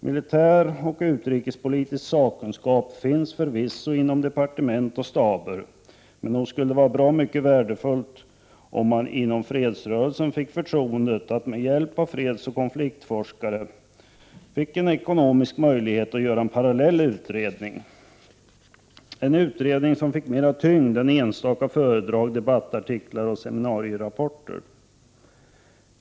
Militär och utrikespolitisk sakkunskap finns förvisso inom departement och staber, men nog skulle det vara mycket värdefullt om fredsrörelsen fick förtroendet och ekonomisk möjlighet att med hjälp av fredsoch konfliktforskare göra en parallell utredning, en utredning som fick mera tyngd än enstaka föredrag, debattartiklar och seminarierapporter.